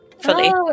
fully